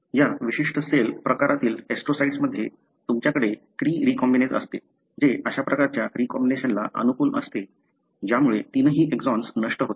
या विशिष्ट सेल प्रकारातील ऍस्ट्रोसाइटमध्ये तुमच्याकडे क्री रीकॉम्बिनेज असते जे अशा प्रकारच्या रीकॉम्बिनेशनला अनुकूल असते ज्यामुळे तीनही एक्सॉन्स नष्ट होतात